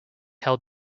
held